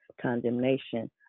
condemnation